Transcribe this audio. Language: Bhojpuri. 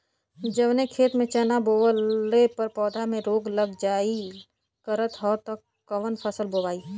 जवने खेत में चना बोअले पर पौधा में रोग लग जाईल करत ह त कवन फसल बोआई?